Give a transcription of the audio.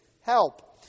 help